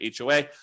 HOA